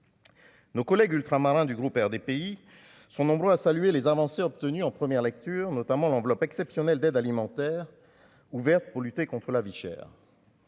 Nos collègues ultramarins du groupe RDPI pays. Sont nombreux à saluer les avancées obtenues en première lecture, notamment l'enveloppe exceptionnelle d'aide alimentaire ouverte pour lutter contre la vie chère.